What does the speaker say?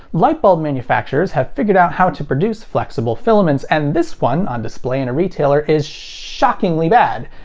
light bulb manufacturers have figured out how to produce flexible filaments, and this one on display in a retailer is shockingly bad!